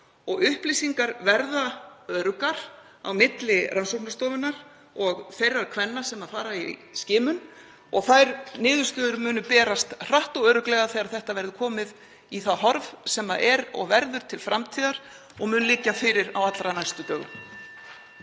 og upplýsingar verði öruggar á milli rannsóknastofunnar og þeirra kvenna sem fara í skimun. (Forseti hringir.) Þær niðurstöður munu berast hratt og örugglega þegar þetta verður komið í það horf sem er og verður til framtíðar og mun liggja fyrir á allra næstu dögum.